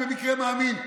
לך במקרה אני מאמין,